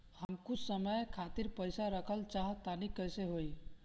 हम कुछ समय खातिर पईसा रखल चाह तानि कइसे होई?